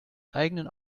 eigenen